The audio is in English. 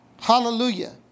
Hallelujah